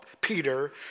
Peter